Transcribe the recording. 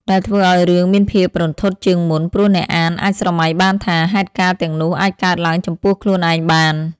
ដែលធ្វើឲ្យរឿងមានភាពរន្ធត់ជាងមុន ព្រោះអ្នកអានអាចស្រមៃបានថា ហេតុការណ៍ទាំងនោះអាចកើតឡើងចំពោះខ្លួនឯងបាន។